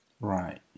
Right